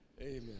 Amen